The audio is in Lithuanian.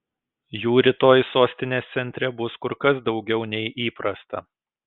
jų rytoj sostinės centre bus kur kas daugiau nei įprasta